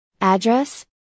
address